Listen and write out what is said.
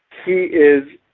he is.